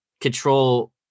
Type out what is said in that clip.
control